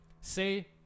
say